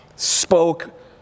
spoke